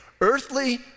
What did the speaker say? earthly